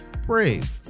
Brave